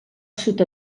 sud